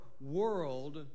world